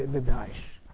the daesh.